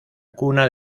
cuna